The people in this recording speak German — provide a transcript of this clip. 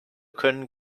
können